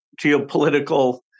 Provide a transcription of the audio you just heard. geopolitical